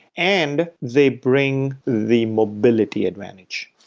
and they bring the mobility advantage.